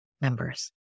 members